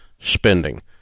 spending